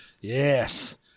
yes